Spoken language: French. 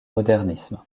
modernisme